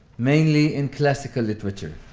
mainly in classical literature.